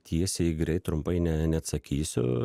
tiesiai greit trumpai ne neatsakysiu